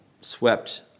swept